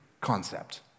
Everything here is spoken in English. concept